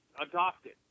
Adopted